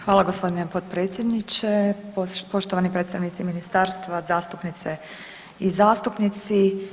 Hvala gospodine potpredsjedniče, poštovani predstavnici ministarstva, zastupnice i zastupnici.